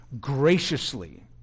graciously